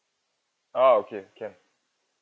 oh okay can